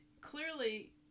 Clearly